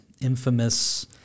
infamous